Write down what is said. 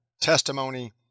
testimony